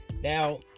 Now